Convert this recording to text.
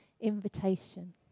invitation